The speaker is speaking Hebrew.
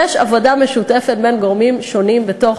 יש עבודה משותפת בין גורמים שונים בתוך